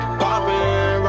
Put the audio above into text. popping